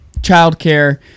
childcare